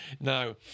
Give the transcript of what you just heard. Now